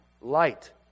light